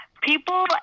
People